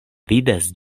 vidas